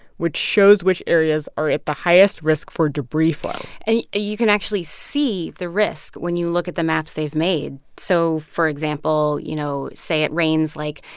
which shows which areas are at the highest risk for debris flow and you you can actually see the risk when you look at the maps they've made. so, for example, you know, say it rains, like,